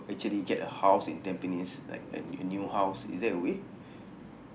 actually get a house in tampines like like a new house is there a way